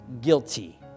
guilty